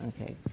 Okay